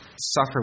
suffer